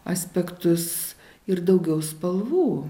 aspektus ir daugiau spalvų